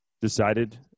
decided